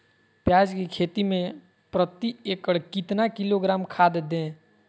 प्याज की खेती में प्रति एकड़ कितना किलोग्राम खाद दे?